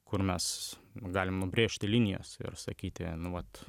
kur mes galim nubrėžti linijas ir sakyti nu vat